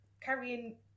carrying